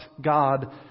God